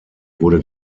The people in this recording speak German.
wurde